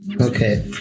Okay